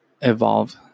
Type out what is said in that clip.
evolve